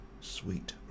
Sweet